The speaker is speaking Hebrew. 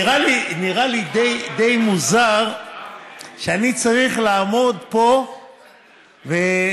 נראה לי די מוזר שאני צריך לעמוד פה ולא